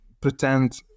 pretend